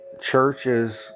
Churches